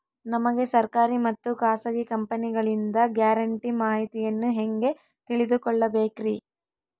ನಮಗೆ ಸರ್ಕಾರಿ ಮತ್ತು ಖಾಸಗಿ ಕಂಪನಿಗಳಿಂದ ಗ್ಯಾರಂಟಿ ಮಾಹಿತಿಯನ್ನು ಹೆಂಗೆ ತಿಳಿದುಕೊಳ್ಳಬೇಕ್ರಿ?